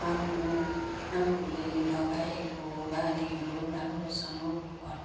आफ्नो आफूले लगाएको बालीहरू राम्रोसँग उयो गर्नु